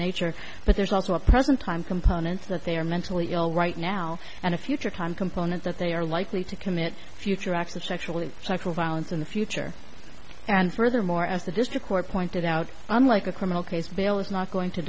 nature but there's also a present time components that they are mentally ill right now and a future time component that they are likely to commit future acts of sexual cycle violence in the future and furthermore as the district court pointed out unlike a criminal case bail is not going to